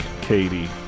Katie